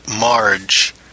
Marge